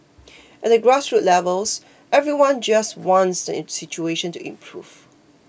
at the grassroots levels everyone just wants the situation to improve